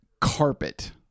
carpet